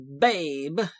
babe